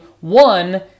One